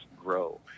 grow